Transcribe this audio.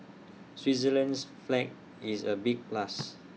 Switzerland's flag is A big plus